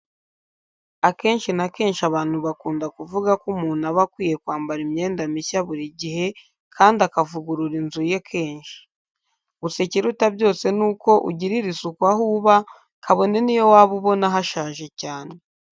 Akenshi na kenshi abantu bakunda kuvuga ko umuntu aba akwiye kwambara imyenda mishya buri gihe kandi akavugurura inzu ye kenshi. Gusa ikiruta byose ni uko ugirira isuku aho uba, kabone n'iyo waba ubona hashaje cyane.